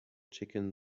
chicken